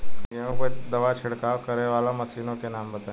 गेहूँ पर दवा छिड़काव करेवाला मशीनों के नाम बताई?